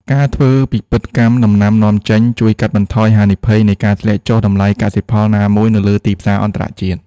ការធ្វើពិពិធកម្មដំណាំនាំចេញ ជួយកាត់បន្ថយហានិភ័យនៃការធ្លាក់ចុះតម្លៃកសិផលណាមួយនៅលើទីផ្សារអន្តរជាតិ។